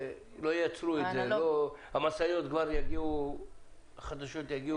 לא ייצרו את זה, המשאיות החדשות כבר יגיעו בלי.